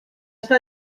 està